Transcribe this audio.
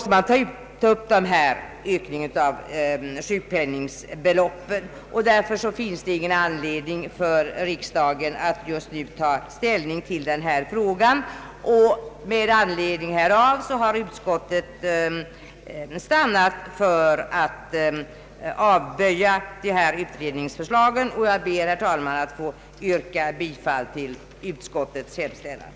Det finns alltså ingen anledning för riksdagen att just nu ta ställning till denna fråga och utskottet vill därför avböja detta förslag om utredning. Jag ber, herr talman, att få yrka bifall till utskottets hemställan.